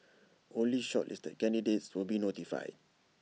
only shortlisted candidates will be notified